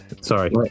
Sorry